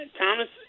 thomas